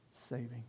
saving